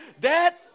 Dad